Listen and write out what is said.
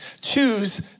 Choose